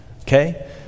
okay